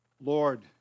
Lord